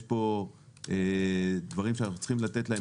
יש פה דברים שאנחנו צריכים לתת להם